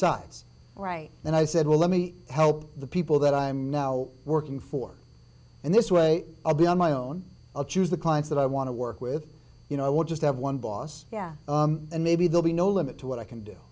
sides right and i said well let me help the people that i'm now working for and this way i'll be on my own i'll choose the clients that i want to work with you know i would just have one boss yeah and maybe they'll be no limit to what i can do